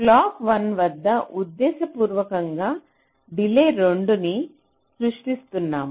clock 1 వద్ద ఉద్దేశపూర్వకంగా delay 2 న్ని సృష్టిస్తున్నాము